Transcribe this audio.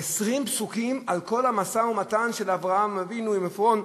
20 פסוקים על כל המשא-ומתן של אברהם אבינו עם עפרון,